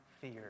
fear